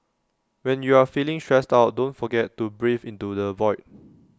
when you are feeling stressed out don't forget to breathe into the void